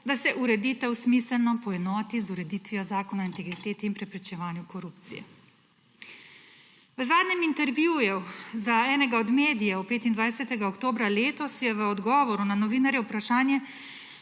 da se ureditev smiselno poenoti z ureditvijo Zakona o integriteti in preprečevanju korupcije. V zadnjem intervjuju za enega od medijev, 25. oktobra letos, je v odgovoru na novinarjevo vprašanje,